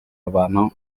abantu